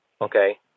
Okay